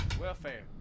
Welfare